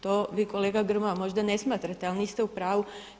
To vi kolega Grmoja možda ne smatrate ali niste u pravu.